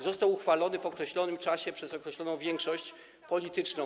został uchwalony w określonym czasie przez określoną większość polityczną.